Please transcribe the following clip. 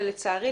ולצערי,